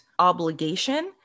obligation